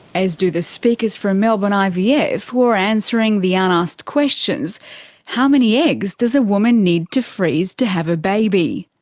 as do the speakers from melbourne ivf yeah ivf who are answering the unasked questions how many eggs does a woman need to freeze to have a baby?